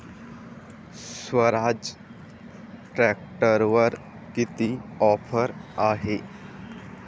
स्वराज ट्रॅक्टरवर किती ऑफर आहे?